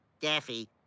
Daffy